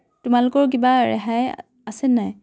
তোমালোকৰ কিবা ৰেহাই আছেনে নাই